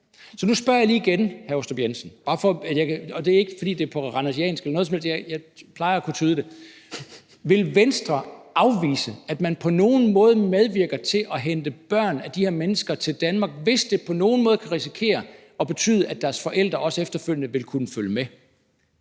andet, for jeg plejer at kunne tyde det: Vil Venstre afvise, at man på nogen måde medvirker til at hente børn af de her mennesker til Danmark, hvis det på nogen måde kan risikere at betyde, at deres forældre også efterfølgende vil kunne følge med?